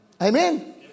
Amen